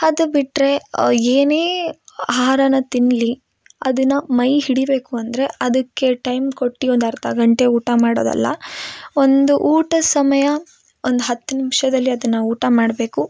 ಅದು ಬಿಟ್ಟರೆ ಏನೇ ಆಹಾರನ ತಿನ್ಲಿ ಅದನ್ನ ಮೈ ಹಿಡಿಬೇಕು ಅಂದರೆ ಅದಕ್ಕೆ ಟೈಮ್ ಕೊಟ್ಟು ಒಂದು ಅರ್ಥ ಗಂಟೆ ಊಟ ಮಾಡೋದಲ್ಲ ಒಂದು ಊಟದ ಸಮಯ ಒಂದು ಹತ್ತು ನಿಮಿಷದಲ್ಲಿ ಅದನ್ನ ಊಟ ಮಾಡಬೇಕು